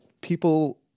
people